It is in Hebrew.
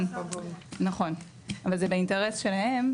אבל זה באינטרס שלהם,